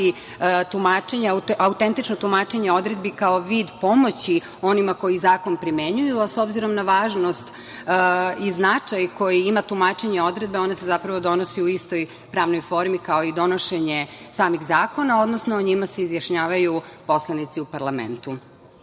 autentično tumačenje odredbi kao vid pomoći onima koji zakon primenjuju. S obzirom na važnost i značaj koji ima tumačenje odredbe, one se zapravo donose u istoj pravnoj formi kao i donošenje samih zakona, odnosno o njima se izjašnjavaju poslanici u parlamentu. Konkretno,